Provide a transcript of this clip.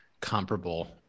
comparable